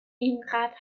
اینقدر